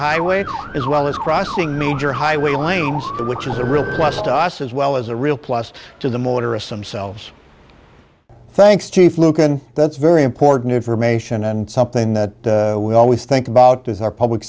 highway as well as crossing moved or highway which is a real plus to us as well as a real plus to the motorists themselves thanks chief lucan that's very important information and something that we always think about is our public